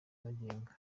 abagenga